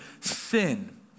sin